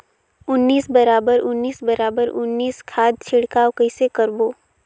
उन्नीस बराबर उन्नीस बराबर उन्नीस खाद छिड़काव कइसे करबो?